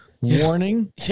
warning